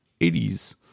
80s